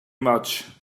much